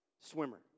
swimmer